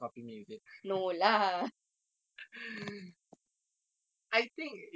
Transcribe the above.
I think there is another aspects where I'm like I can break it down because right